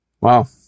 Wow